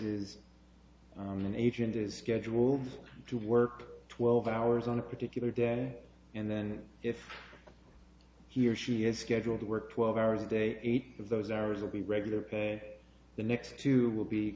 is an agent is scheduled to work twelve hours on a particular day and then if he or she is scheduled to work twelve hours a day eight of those hours will be regular the next two will be